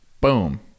boom